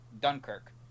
Dunkirk